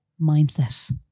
mindset